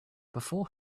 before